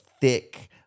thick